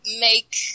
make